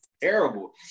terrible